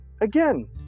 Again